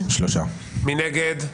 מי נגד?